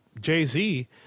Jay-Z